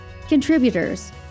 contributors